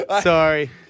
Sorry